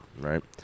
Right